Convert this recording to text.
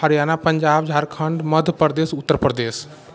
Haryana Punjab Jharkhand Madhya Pradesh Uttar Pradesh